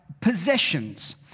possessions